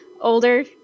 older